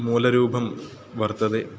मूलरूपं वर्तते